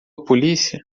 polícia